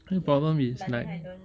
problem is like